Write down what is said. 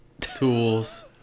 Tools